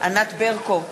ענת ברקו,